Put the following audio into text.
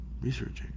researching